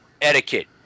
etiquette